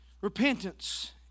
repentance